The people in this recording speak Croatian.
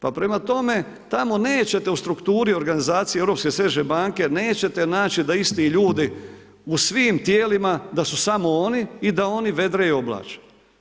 Pa prema tome tamo nećete u strukturi organizacije Europske središnje banke nećete naći da isti ljudi, u svim tijelima da su samo oni i da oni vedre i oblače.